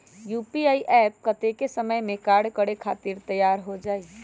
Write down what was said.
UPI app कतेइक समय मे कार्य करे खातीर तैयार हो जाई?